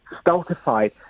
stultified